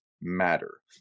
matter